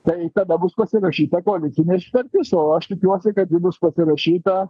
tai kada bus pasirašyta koalicinė sutartis o aš tikiuosi kad ji bus pasirašyta